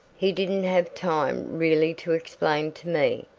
he didn't have time really to explain to me.